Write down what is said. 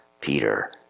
Peter